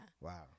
Wow